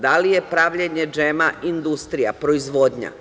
Da li je pravljenje džema industrija, proizvodnja?